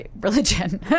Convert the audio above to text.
religion